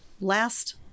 last